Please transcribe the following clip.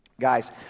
Guys